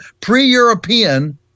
pre-European